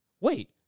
wait